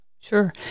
Sure